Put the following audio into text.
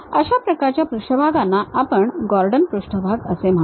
अशा प्रकारच्या पृष्ठभागांना आपण गॉर्डन पृष्ठभाग म्हणतो